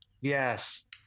yes